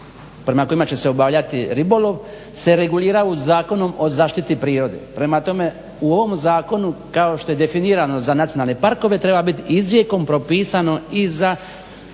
prema kojima će se obavljati ribolov se regulira Zakonom o zaštiti prirode. Prema tome u ovom zakonu kao što je definirano za nacionalne parkove treba biti izrijekom propisano i za